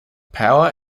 power